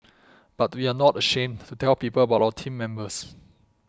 but we are not ashamed to tell people about our team members